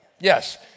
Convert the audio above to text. Yes